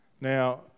Now